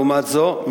לעומת זאת,